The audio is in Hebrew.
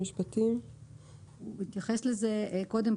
הוא התייחס לזה קודם,